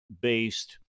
based